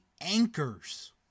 anchors